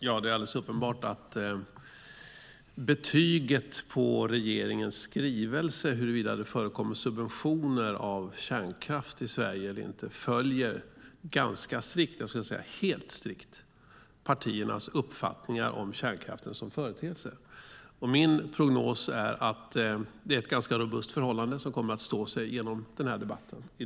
Fru talman! Det är uppenbart att betyget på regeringens skrivelse om huruvida det förekommer subventioner av kärnkraft i Sverige eller inte strikt följer partiernas uppfattningar om kärnkraften som företeelse. Min prognos är att det är ett ganska robust förhållande som kommer att stå sig under dagens debatt.